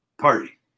party